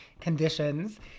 conditions